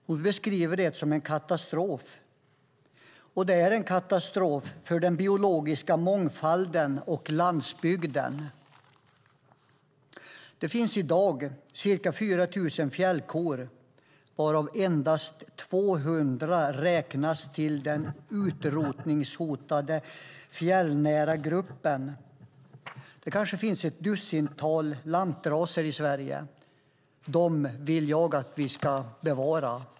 Hon beskriver det som en katastrof, och det är en katastrof för den biologiska mångfalden och landsbygden. Det finns i dag ca 4 000 fjällkor varav endast 200 räknas till den utrotningshotade fjällnära gruppen. Det kanske finns ett dussintal lantraser i Sverige. Dem vill jag att vi ska bevara.